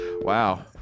Wow